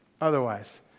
otherwise